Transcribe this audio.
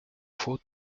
faut